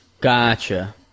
Gotcha